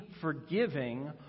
forgiving